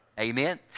Amen